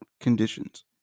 conditions